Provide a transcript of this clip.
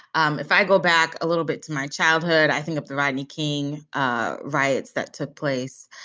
um if i go back a little bit to my childhood, i think of the rodney king ah riots that took place.